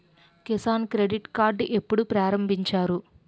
Kisan credit card ఎప్పుడు ప్రారంభించారు?